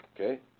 Okay